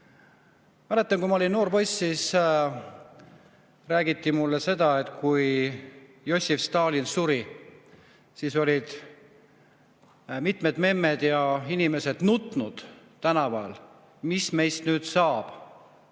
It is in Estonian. Ma mäletan, et kui ma olin noor poiss, siis räägiti mulle seda: kui Jossif Stalin suri, siis olid mitmed memmed ja inimesed tänaval nutnud: "Mis meist nüüd saab?"